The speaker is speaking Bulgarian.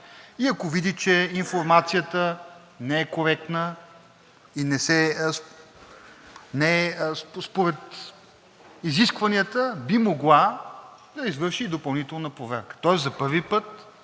и ако види, че информацията не е коректна и не е според изискванията, би могла да извърши допълнителна проверка. Тоест за първи път